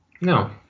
No